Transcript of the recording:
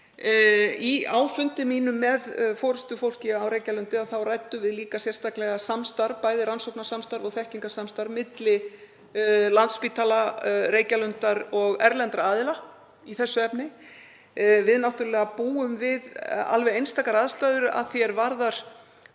Á fundi mínum með forystufólki á Reykjalundi ræddum við líka sérstaklega samstarf, bæði rannsóknasamstarf og þekkingarsamstarf, milli Landspítala, Reykjalundar og erlendra aðila í þessu efni. Við búum náttúrlega við alveg einstakar aðstæður að því er varðar